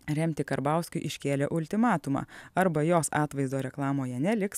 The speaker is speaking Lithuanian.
remti karbauskiui iškėlė ultimatumą arba jos atvaizdo reklamoje neliks